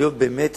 להיות באמת